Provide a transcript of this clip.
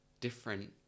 different